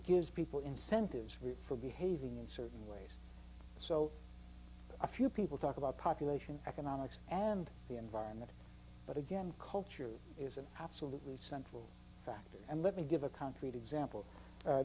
gives people incentives for behaving in certain ways so a few people talk about population economics and the environment but again culture is an absolutely central factor and let me give a concrete example